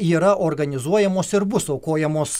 yra organizuojamos ir bus aukojamos